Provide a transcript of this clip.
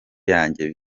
yanjye